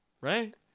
right